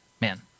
man